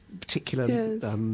particular